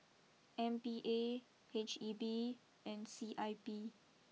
M P A H E B and C I P